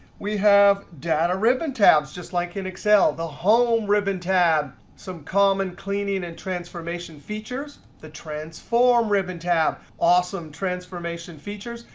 we have data ribbon tabs just like in excel, the home ribbon tab, some common cleaning and transformation features, the transform ribbon tab, awesome transformation features,